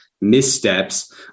missteps